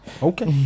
okay